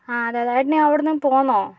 ആ അതെ അതെ ഏട്ടനെ അവിടുന്ന് പോന്നോ